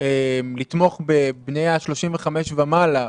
לתמוך בבני ה-35 ומעלה,